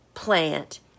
plant